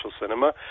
cinema